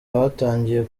batangiye